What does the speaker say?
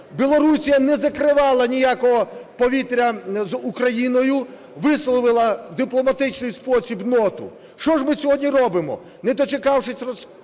Білорусь не закривала ніякого повітря з Україною, висловила в дипломатичний спосіб ноту. Що ж ми сьогодні робимо: